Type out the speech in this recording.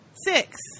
six